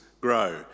Grow